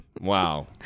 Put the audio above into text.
Wow